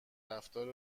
رفتار